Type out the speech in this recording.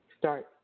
Start